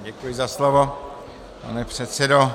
Děkuji za slovo, pane předsedo.